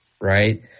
right